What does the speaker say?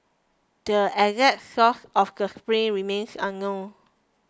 the exact source of the spring remains unknown